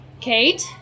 kate